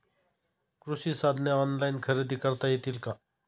कृषी साधने ऑनलाइन खरेदी करता येतील का?